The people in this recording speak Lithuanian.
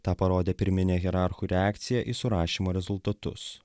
tą parodė pirminė hierarchų reakcija į surašymo rezultatus